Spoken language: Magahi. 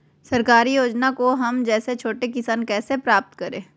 सरकारी योजना को हम जैसे छोटे किसान कैसे प्राप्त करें?